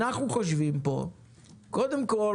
קודם כול,